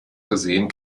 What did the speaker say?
versehen